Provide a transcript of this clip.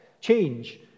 change